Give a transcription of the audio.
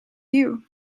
you